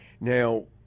now –